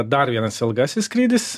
dar vienas ilgasis skrydis